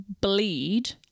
bleed